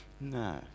No